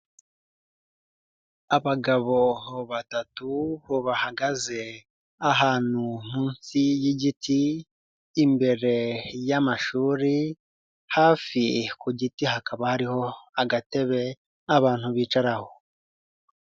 Abagabo batatu bo bahagaze ahantu munsi y'igiti imbere y'amashuri, hafi ku giti hakaba hariho agatebe abantu bicaraho.